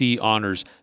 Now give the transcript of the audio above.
honors